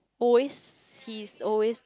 always he is always